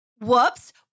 Whoops